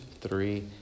three